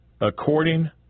according